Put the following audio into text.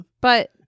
But-